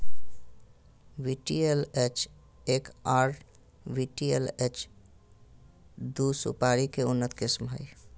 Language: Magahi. वी.टी.एल.एच एक आर वी.टी.एल.एच दू सुपारी के उन्नत किस्म हय